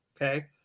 okay